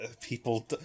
people